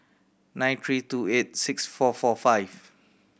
nine three two eight six four four five